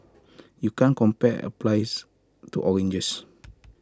you can't compare applies to oranges